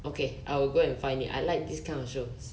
okay I will go and find it I like this kind of shows